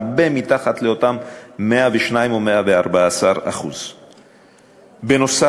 הרבה מתחת לאותם 102% או 114%. בנוסף,